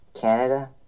Canada